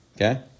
Okay